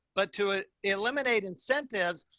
but to eliminate incentives.